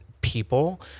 people